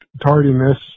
tardiness